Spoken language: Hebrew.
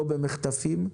לא במחטפים,